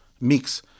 mix